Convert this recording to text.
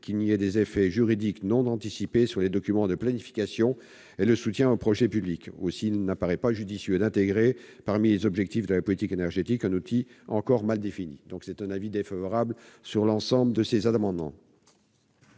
pour éviter des effets juridiques non anticipés sur les documents de planification et le soutien aux projets publics. Il n'apparaît donc pas judicieux d'intégrer parmi les objectifs de la politique énergétique un outil encore mal défini. En conclusion, la commission est défavorable à l'ensemble de ces amendements.